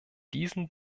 diesen